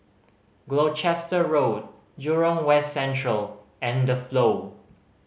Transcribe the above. Gloucester Road Jurong West Central and The Flow